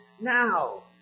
now